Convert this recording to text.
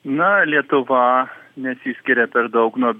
na lietuva nesiskiria per daug nuo